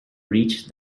reach